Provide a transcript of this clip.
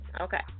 Okay